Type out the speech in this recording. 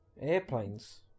Airplanes